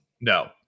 no